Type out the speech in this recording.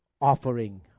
offering